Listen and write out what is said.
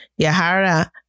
Yahara